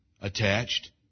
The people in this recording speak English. attached